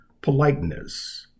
politeness